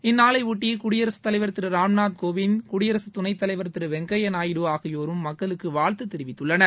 இந்நாளையொட்டி குடியரசுத் தலைவர் திரு ராம்நாத் கோவிந்த் குடியரசுத் துணைத் தலைவர் திரு வெங்கையா நாயுடு ஆகியோரும் மக்களுக்கு வாழ்த்து தெரிவித்துள்ளனர்